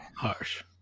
Harsh